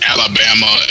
Alabama